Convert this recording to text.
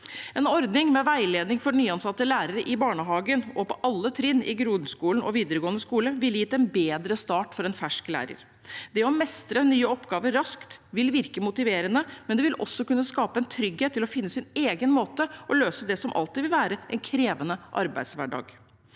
En ordning med veiledning for nyansatte lærere i barnehagen og på alle trinn i grunnskolen og videregående skole ville gitt en bedre start for en fersk lærer. Det å mestre nye oppgaver raskt vil virke motiverende, men det vil også kunne skape en trygghet til å finne sin egen måte å løse det på som alltid vil være en krevende arbeidshverdag.